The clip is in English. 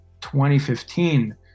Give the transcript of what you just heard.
2015